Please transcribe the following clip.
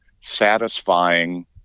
satisfying